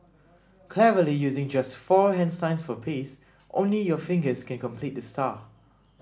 cleverly using just four hand signs for peace only your fingers can complete the star